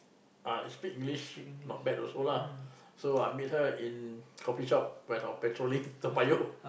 ah speak English not bad also lah so I meet her in coffee shop when I patrolling Toa Payoh